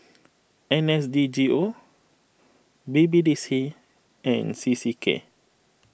N S D G O B B D C and C C K